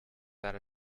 that